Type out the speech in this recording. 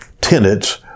tenets